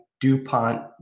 DuPont